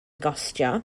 gostio